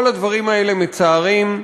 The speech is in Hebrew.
כל הדברים האלה מצערים,